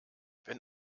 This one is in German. wenn